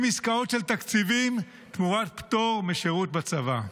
עסקאות של תקציבים תמורת פטור משירות בצבא.